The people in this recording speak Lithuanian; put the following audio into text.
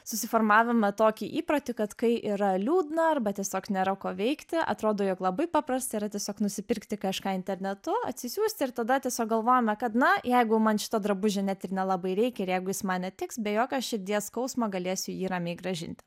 susiformavome tokį įprotį kad kai yra liūdna arba tiesiog nėra ko veikti atrodo jog labai paprasta yra tiesiog nusipirkti kažką internetu atsisiųsti ir tada tiesiog galvojome kad na jeigu man šito drabužio net ir nelabai reikia ir jeigu jis man netiks be jokio širdies skausmo galėsiu jį ramiai grąžinti